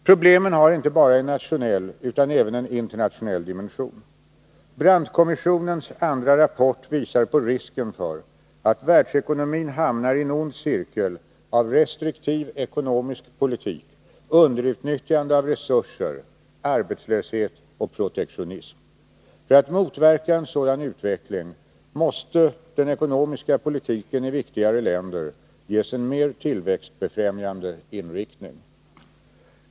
Problemen har inte bara en nationell utan även en internationell dimension. Brandtkommissionens andra rapport visar på risken för att världsekonomin hamnar i en ond cirkel av restriktiv ekonomisk politik, underutnyttjande av resurser, arbetslöshet och protektionism. För att motverka en sådan utveckling måste den ekonomiska politiken i viktigare länder ges en mer tillväxtbefrämjande inriktning.